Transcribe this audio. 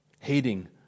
Hating